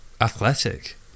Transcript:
athletic